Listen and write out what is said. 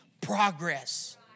progress